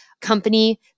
company